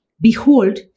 Behold